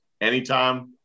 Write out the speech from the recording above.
anytime